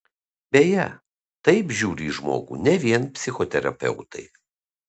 beje taip žiūri į žmogų ne vien psichoterapeutai